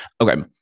okay